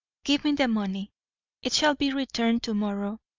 give me the money it shall be returned to-morrow.